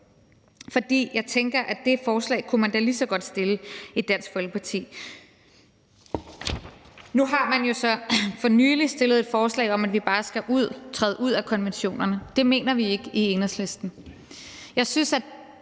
For jeg tænker, at det forslag kunne man da lige så godt fremsætte i Dansk Folkeparti. Nu har man jo for nylig lagt et forslag frem om, at vi bare skal træde ud af konventionerne. Det mener vi ikke i Enhedslisten.